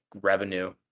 revenue